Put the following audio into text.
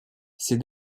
ces